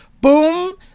Boom